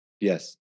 Yes